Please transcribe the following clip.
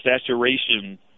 saturation